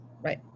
Right